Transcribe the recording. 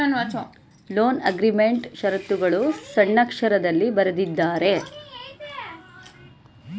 loan ಅಗ್ರೀಮೆಂಟ್ನಾ ಶರತ್ತುಗಳು ಸಣ್ಣಕ್ಷರದಲ್ಲಿ ಬರೆದಿದ್ದಾರೆ